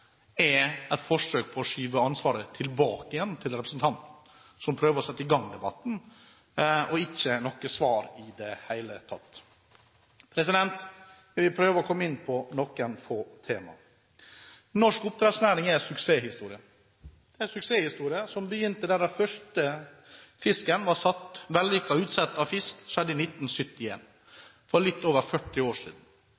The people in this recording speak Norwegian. er et forsøk på å skyve ansvaret tilbake til representanten, som prøver å sette i gang debatten, og ikke noe svar i det hele tatt. Jeg vil prøve å komme inn på noen få temaer. Norsk oppdrettsnæring er en suksesshistorie. Det er en suksesshistorie som begynte med den første